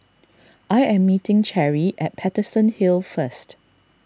I am meeting Cherry at Paterson Hill first